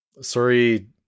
Sorry